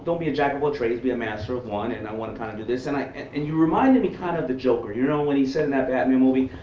so be a jack of all trades, be a master of one, and i wanna kind of do this, and and you reminded me, kind of the joker, you know, when he said in that batman movie,